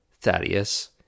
Thaddeus